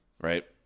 Right